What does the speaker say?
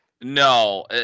No